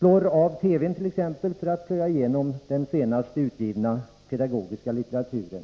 Lärarna slår t.ex. av TV:n för att plöja igenom den senast utgivna pedagogiska litteraturen,